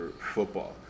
football